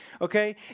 okay